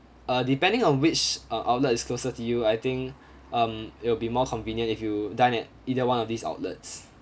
uh depending on which uh outlet is closer to you I think um it will be more convenient if you dine at either one of these outlets